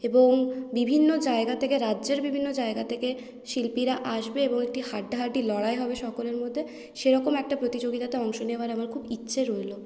এবং বিভিন্ন জায়গা থেকে রাজ্যের বিভিন্ন জায়গা থেকে শিল্পীরা আসবে এবং একটি হাড্ডাহাড্ডি লড়াই হবে সকলের মধ্যে সেরকম একটা প্রতিযোগিতাতে অংশ নেওয়ার আমার খুব ইচ্ছে রইল